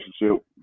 relationship